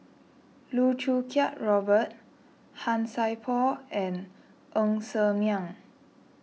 Loh Choo Kiat Robert Han Sai Por and Ng Ser Miang